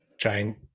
trying